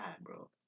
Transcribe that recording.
bro